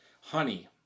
Honey